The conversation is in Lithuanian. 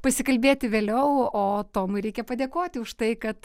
pasikalbėti vėliau o tomui reikia padėkoti už tai kad